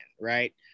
right